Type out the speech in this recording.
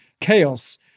chaos